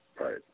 Right